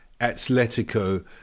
Atletico